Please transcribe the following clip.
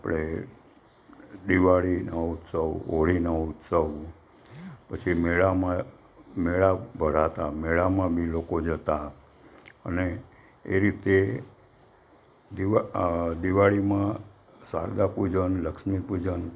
આપણે દિવાળીનો ઉત્સવ હોળીનો ઉત્સવ પછી મેળામાં મેળા ભરાતા મેળામાં બી લોકો જતા અને એ રીતે દિવ દિવાળીમાં શારદા પૂજન લક્ષ્મી પૂજન